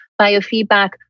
biofeedback